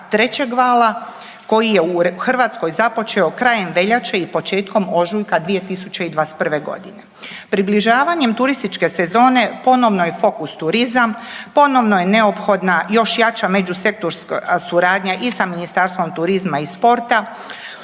trećeg vala koji je u Hrvatskoj započeo krajem veljače i početkom ožujak 2021.g.. Približavanjem turističke sezone ponovno je fokus turizam, ponovo je neophodna još jača međusektorska suradnja i sa Ministarstvom turizma i sporta,